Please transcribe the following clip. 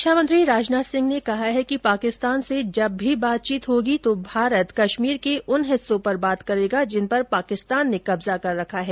रक्षामंत्री राजनाथ सिंह ने कहा है कि पाकिस्तान से जब भी बातचीत होगी तो भारत कश्मीर के उन हिस्सों पर बात करेगा जिन पर पाकिस्तान ने कब्जा कर रखा है